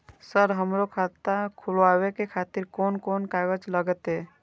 Sir हमरो के खाता खोलावे के खातिर कोन कोन कागज लागते?